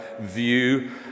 view